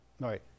right